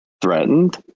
Threatened